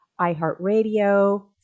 iHeartRadio